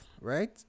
right